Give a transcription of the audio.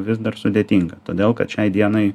vis dar sudėtingą todėl kad šiai dienai